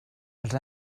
els